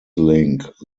link